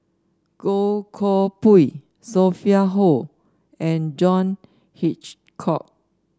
Goh Koh Pui Sophia Hull and John Hitchcock